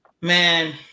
Man